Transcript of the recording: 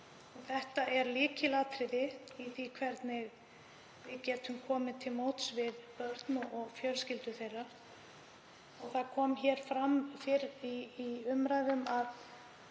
Það er lykilatriði í því hvernig við getum komið til móts við börn og fjölskyldur þeirra. Fram kom hér fyrr við umræðuna að